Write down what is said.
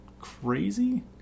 crazy